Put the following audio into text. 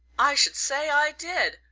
i should say i did.